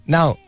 Now